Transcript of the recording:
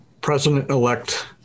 President-elect